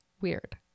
Weird